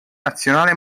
nazionale